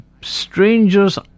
Strangers